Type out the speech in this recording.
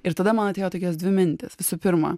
ir tada man atėjo tokios dvi mintys visų pirma